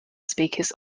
speakers